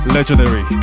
Legendary